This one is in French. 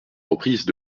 reprises